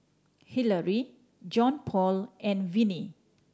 Hillary Johnpaul and Vennie